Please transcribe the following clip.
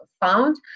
found